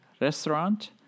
restaurant